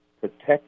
protect